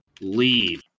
Leave